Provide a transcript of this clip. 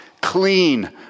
clean